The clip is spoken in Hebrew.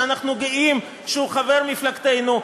שאנחנו גאים שהוא חבר מפלגתנו?